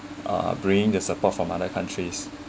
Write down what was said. uh bringing the support from other countries